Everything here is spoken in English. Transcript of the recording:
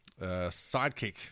sidekick